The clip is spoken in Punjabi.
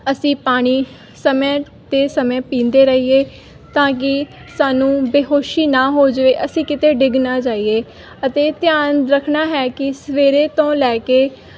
ਅਸੀਂ ਪਾਣੀ ਸਮੇਂ 'ਤੇ ਸਮੇਂ ਪੀਂਦੇ ਰਹੀਏ ਤਾਂ ਕਿ ਸਾਨੂੰ ਬੇਹੋਸ਼ੀ ਨਾ ਹੋ ਜਾਵੇ ਅਸੀਂ ਕਿਤੇ ਡਿੱਗ ਨਾ ਜਾਈਏ ਅਤੇ ਧਿਆਨ ਰੱਖਣਾ ਹੈ ਕਿ ਸਵੇਰੇ ਤੋਂ ਲੈ ਕੇ